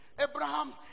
Abraham